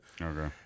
Okay